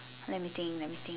let me think let me think